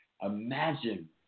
Imagine